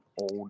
old